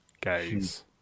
gaze